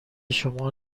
شما